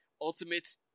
Ultimate